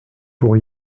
pour